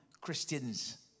christians